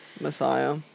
messiah